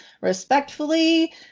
respectfully